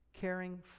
Caring